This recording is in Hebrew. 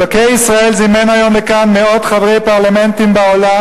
אלוקי ישראל זימן היום לכאן מאות חברי פרלמנטים בעולם,